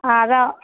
ஆ அதான்